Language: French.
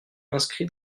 inscrits